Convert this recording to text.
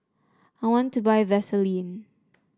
I want to buy Vaselin